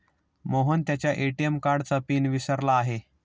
मोहन त्याच्या ए.टी.एम कार्डचा पिन विसरला आहे